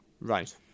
Right